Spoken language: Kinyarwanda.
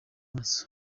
maso